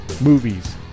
movies